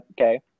okay